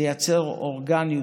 לייצר אורגניות.